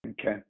Okay